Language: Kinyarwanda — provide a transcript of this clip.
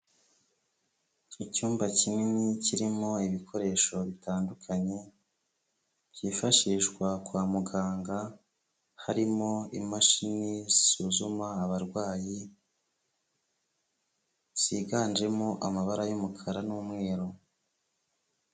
Icyumba kinini kirimo ibikoresho bitandukanye byifashishwa kwa muganga harimo imashini zisuzuma abarwayi ziganjemo amabara y'umukara n'umweru.